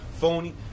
phony